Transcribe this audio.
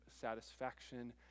satisfaction